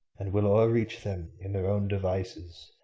and will o'er reach them in their own devices,